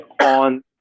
on